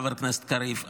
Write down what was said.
חבר הכנסת קריב.